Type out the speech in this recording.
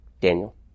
Daniel